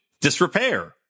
disrepair